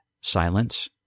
silence